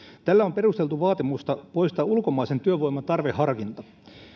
tällä on perusteltu vaatimusta poistaa ulkomaisen työvoiman tarveharkinta